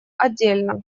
отдельно